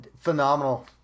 Phenomenal